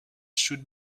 should